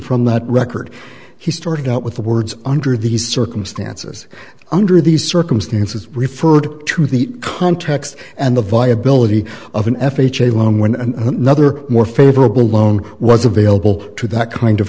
from that record he started out with the words under the circumstances under these circumstances referred to the context and the viability of an f h a loan when and another more favorable loan was available to that kind of